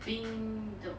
being the